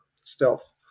stealth